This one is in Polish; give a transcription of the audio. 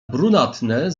brunatne